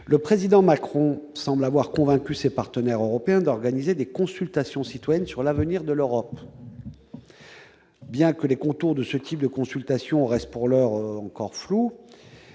Le Président Macron semble avoir convaincu ses partenaires européens d'organiser des consultations citoyennes sur l'avenir de l'Europe. Bien que les contours de ce type de consultations restent pour l'heure encore flous,